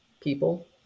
people